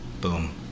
boom